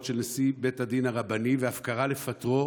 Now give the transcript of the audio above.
של נשיא בית הדין הרבני ואף קרא לפטרו,